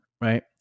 right